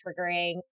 triggering